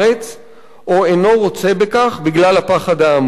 או אינו רוצה בכך בגלל הפחד האמור,